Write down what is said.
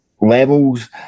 levels